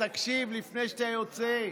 תקשיב לפני שאתה יוצא.